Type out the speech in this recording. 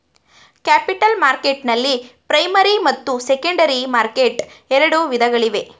capital ಮಾರ್ಕೆಟ್ನಲ್ಲಿ primary ಮತ್ತು secondary market ಎರಡು ವಿಧಗಳಿವೆ